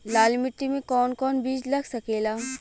लाल मिट्टी में कौन कौन बीज लग सकेला?